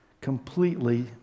completely